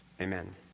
Amen